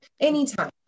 anytime